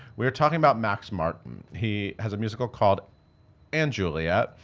we are talking about max martin. he has a musical called and juliet.